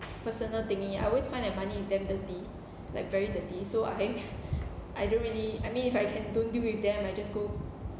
personal thingy I always find that money is damn dirty like very dirty so I I don't really I mean if I can don't deal with them I just go